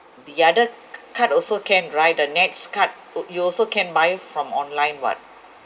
the other card also can right the NETS card you also can buy from online [what]